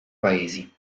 paesi